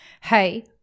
hey